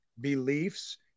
beliefs